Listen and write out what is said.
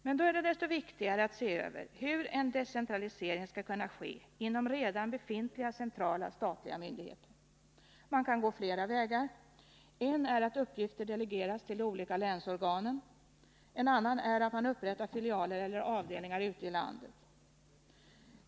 Men då är det desto viktigare att se över hur en decentralisering skall kunna ske inom redan befintliga centrala statliga myndigheter. Man kan gå flera vägar. En är att uppgifter delegeras till olika länsorgan. En annan är att man upprättar filialer eller avdelningar ute i landet.